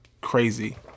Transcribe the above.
crazy